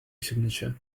signature